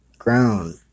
Ground